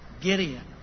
Gideon